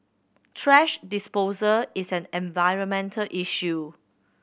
thrash disposal is an environmental issue